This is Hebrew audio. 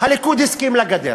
הליכוד הסכים לגדר.